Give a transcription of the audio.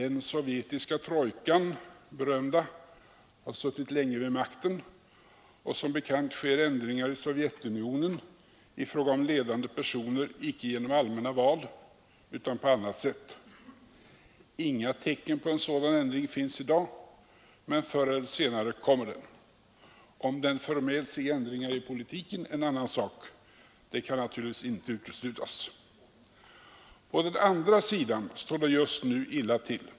Den sovjetiska berömda trojkan har suttit länge vid makten, och som bekant sker ändringar i Sovjetunionen i fråga om ledande personer icke genom allmänna val utan på annat sätt. Inga tecken på en sådan ändring finns i dag, men förr eller senare kommer den. Om den för med sig ändringar i politiken är en annan sak; det kan naturligtvis icke uteslutas. På den andra sidan står det just nu illa till.